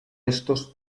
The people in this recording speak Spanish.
estos